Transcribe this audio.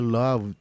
love